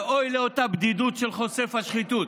ואוי לאותה בדידות של חושף השחיתות.